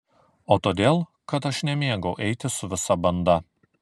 o todėl kad aš nemėgau eiti su visa banda